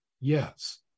Yes